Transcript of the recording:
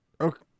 Okay